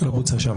לא בוצע שם.